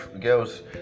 girls